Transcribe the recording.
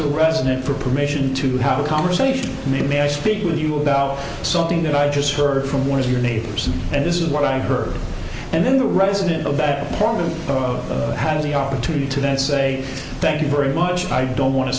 the resident for permission to have a conversation may i speak with you about something that i just heard from one of your neighbors and this is what i heard and then the resident of that apartment had the opportunity to then say thank you very much i don't want to